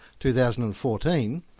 2014